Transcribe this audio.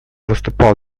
выступал